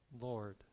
Lord